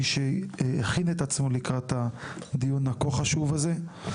אני מורה לכל מי שהכין את עצמו לקראת הדיון הכה חשוב הזה,